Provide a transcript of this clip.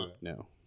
No